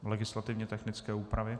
Legislativně technické úpravy.